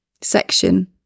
section